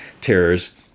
Terrors